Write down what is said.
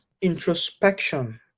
introspection